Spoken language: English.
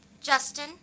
Justin